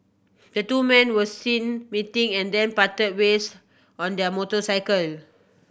the two men were seen meeting and then parted ways on their motorcycle